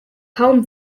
kaum